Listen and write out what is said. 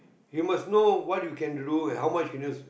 you must know what you can do and how much can you